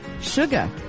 Sugar